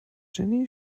jenny